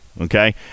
okay